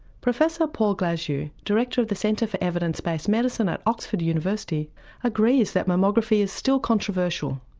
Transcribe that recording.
professor paul glasziou, director of the centre for evidence based medicine at oxford university agrees that mammography is still controversial.